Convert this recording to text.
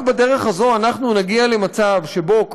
רק בדרך זו אנחנו נגיע למצב שבו,